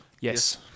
Yes